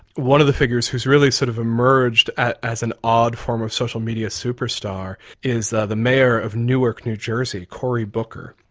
one of the figures who has really sort of emerged as an odd form of social media superstar is the the mayor of newark, new jersey, cory booker,